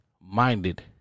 minded